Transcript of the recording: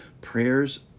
prayers